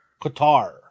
Qatar